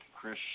Chris